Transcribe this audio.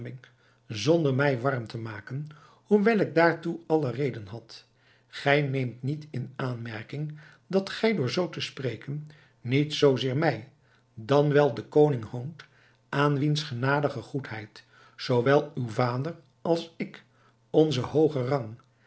zonder mij warm te maken hoewel ik daartoe alle reden had gij neemt niet in aanmerking dat gij door zoo te spreken niet zoo zeer mij dan wel den koning hoont aan wiens genadige goedheid zoowel uw vader als ik onzen hoogen rang